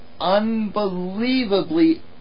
unbelievably